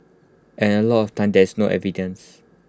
and A lot of the time there's no evidence